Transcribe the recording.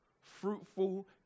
fruitful